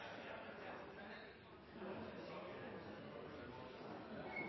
Jan